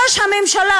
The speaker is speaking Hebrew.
ראש הממשלה,